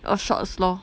a shorts lor